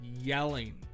yelling